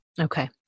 Okay